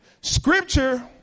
Scripture